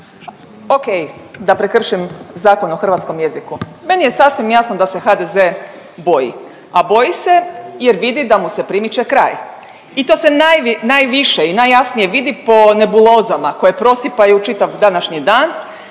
o.k. da prekršim Zakon o hrvatskom jeziku. Meni je sasvim jasno da se HDZ boji, a boji se jer vidi da mu se primiče kraj i to se najviše i najjasnije vidi po nebulozama koje prosipaju čitav današnji dan,